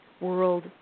world